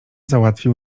załatwił